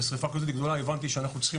בשריפה כזאת גדולה הבנתי שאנחנו צריכים